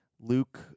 luke